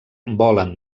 volen